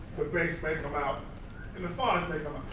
but bass may come out and the phonics may come out.